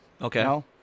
Okay